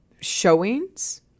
showings